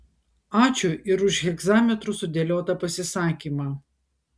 ačiū ir už hegzametru sudėliotą pasisakymą